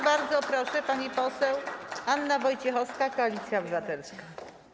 Bardzo proszę, pani poseł Anna Wojciechowska, Koalicja Obywatelska.